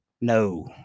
no